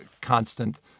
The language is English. constant